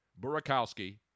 Burakowski